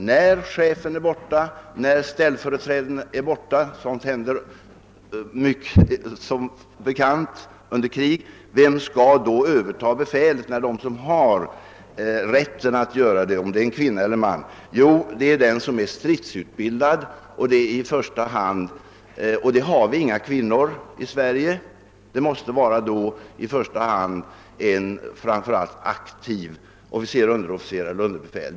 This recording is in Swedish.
När chefen och ställföreträdande chefen är borta — sådant händer som bekant under krig — vem skall då överta befälet av dem som har rätt att göra det, kvinna eller man? Jo, det skall den göra som är stridsutbildad, och vi har inga kvinnor här i Sverige som är det. Det måste då bli en aktiv officer, underofficer eller något underbefäl.